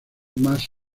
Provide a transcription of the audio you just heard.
más